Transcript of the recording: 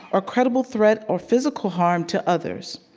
or credible threat or physical harm to others.